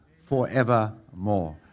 forevermore